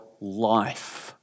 life